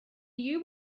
you